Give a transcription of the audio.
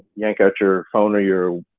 yank out your phone or your